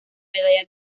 medalla